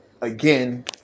again